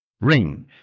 ring